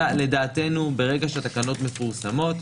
לדעתנו ברגע שהתקנות מפורסמות,